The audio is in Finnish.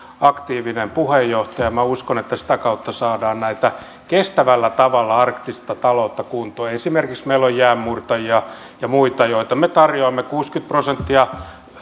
aktiivinen puheenjohtaja minä uskon että sitä kautta saadaan kestävällä tavalla arktista taloutta kuntoon meillä on esimerkiksi jäänmurtajia ja muita joita me tarjoamme kuusikymmentä prosenttia